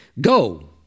Go